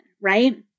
right